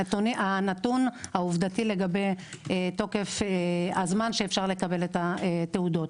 הנתון העובדתי לגבי תוקף הזמן שאפשר לקבל את התעודות.